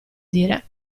dire